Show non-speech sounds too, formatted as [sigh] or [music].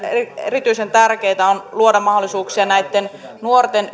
erityisen tärkeätä on luoda mahdollisuuksia tämmöisiin nuorten [unintelligible]